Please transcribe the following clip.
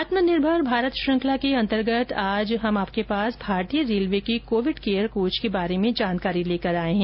आत्मनिर्भर भारत श्रृंखला के अंतर्गत आज हम आपके पास भारतीय रेलवे की कोविड केयर कोच के बारे में जानकारी लेकर आए हैं